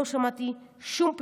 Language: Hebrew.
לא שמעתי שום פתרון.